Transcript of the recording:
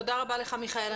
תודה רבה לך, מיכאל.